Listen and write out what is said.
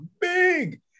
Big